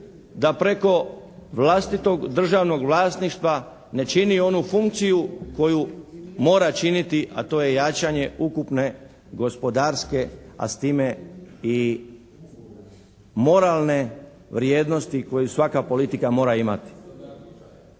da preko vlastitog državnog vlasništva ne čini onu funkciju koju mora činiti a to je jačanje ukupne gospodarske a s time i moralne vrijednosti koju svaka politika mora imati.